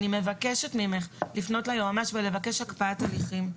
אני מבקשת ממך לפנות ליועץ המשפטי ולבקש הקפאת הליכים.